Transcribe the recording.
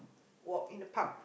walk in the park